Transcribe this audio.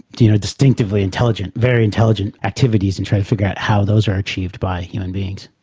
you know, distinctively intelligent, very intelligent activities and try to figure out how those are achieved by human beings.